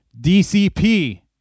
DCP